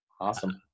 awesome